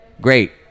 great